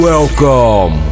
Welcome